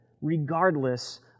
regardless